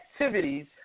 activities